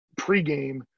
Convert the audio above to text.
pregame